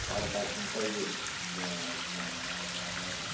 car parking पाहिजे बरं बरं बरं बरं बरं बरं